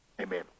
Amen